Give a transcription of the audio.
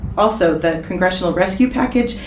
also the congressional rescue package,